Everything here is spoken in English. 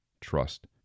trust